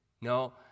No